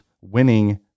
winning